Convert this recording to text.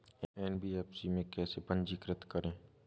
NBFC में कैसे पंजीकृत करें?